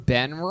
Ben